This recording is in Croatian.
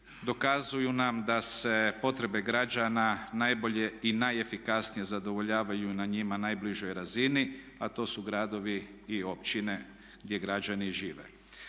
dokazuju nam da se potrebe građana najbolje i najefikasnije zadovoljavaju na njima najbližoj razini, a to su gradovi i općine gdje građani žive.